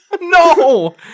No